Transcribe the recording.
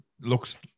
looks